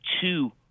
two